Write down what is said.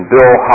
Bill